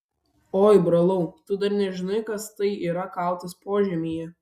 oi brolau tu dar nežinai kas tai yra kautis požemyje